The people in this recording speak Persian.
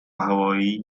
هوایی